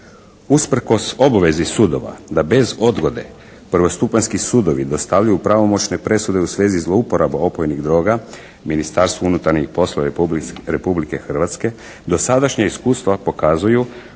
Usprkos obvezi sudova da bez odgode prvostupanjski sudovi dostavljaju pravomoćne presude u svezi zlouporabe opojnih droga Ministarstvo unutarnjih poslova Republike Hrvatske, dosadašnja iskustva pokazuju